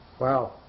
Wow